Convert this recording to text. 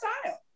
style